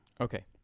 Okay